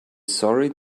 sorry